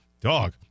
dog